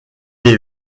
est